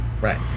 right